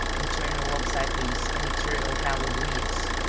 eternal obsequies and eternal halleluiahs,